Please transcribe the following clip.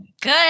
Good